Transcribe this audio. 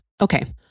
Okay